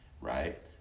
right